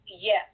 yes